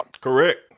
Correct